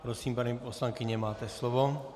Prosím, paní poslankyně, máte slovo.